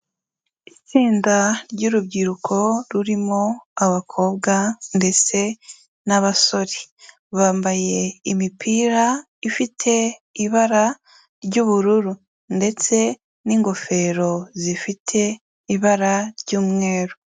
Itsinda ry'urubyiruko rurimo abakobwa ndetse n'abasore, bambaye imipira ifite ibara ry'ubururu ndetse n'ingofero zifite ibara ry'umweru.